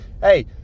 hey